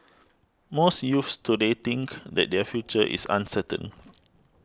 most youths today think that their future is uncertain